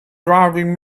driving